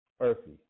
earthy